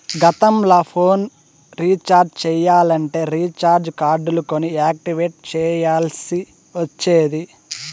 గతంల phone recharge చెయ్యాలంటే recharge కార్డులు కొని యాక్టివేట్ చెయ్యాల్ల్సి ఒచ్చేది